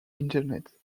internet